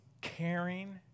caring